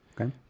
Okay